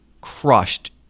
crushed